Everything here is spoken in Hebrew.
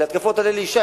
אלא התקפות על אלי ישי,